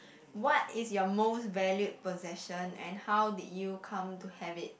what is your most valued possession and how did you come to have it